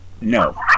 No